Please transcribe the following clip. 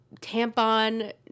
tampon